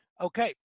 Okay